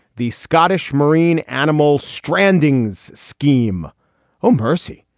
the scottish marine animal strandings scheme home percy.